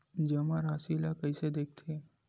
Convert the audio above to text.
जमा राशि ला कइसे देखथे?